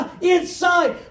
inside